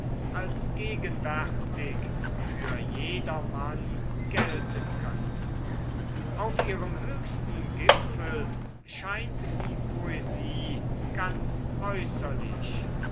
als gegenwärtig für jedermann gelten können auf ihrem höchsten gipfel scheint die poesie ganz äußerlich